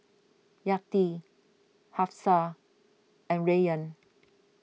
Yati Hafsa and Rayyan